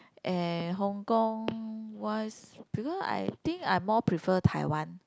and Hong-Kong once because I think I more prefer Taiwan